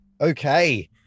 Okay